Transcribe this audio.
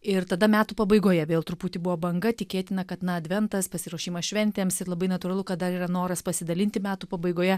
ir tada metų pabaigoje vėl truputį buvo banga tikėtina kad na adventas pasiruošimas šventėms ir labai natūralu kad dar yra noras pasidalinti metų pabaigoje